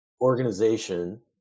organization